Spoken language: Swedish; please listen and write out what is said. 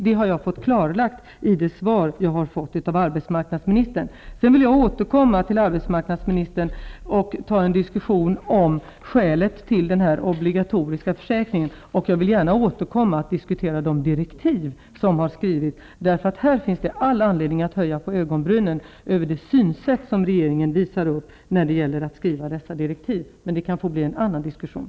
Det har jag fått klar lagt i och med det svar som jag har fått av arbets marknadsministern. Jag vill återkomma senare, arbetsmarknadsminis tern, för att ha en diskussion om skälet till den här obligatoriska försäkringen. Dessutom vill jag gärna återkomma för att diskutera de direktiv som givits. Det finns nämligen all anledning att höja på ögonbrynen när det gäller regeringens synsätt i fråga om dessa direktiv. Men det kan tas upp i en annan diskussion.